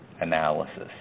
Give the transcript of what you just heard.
analysis